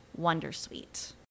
wondersuite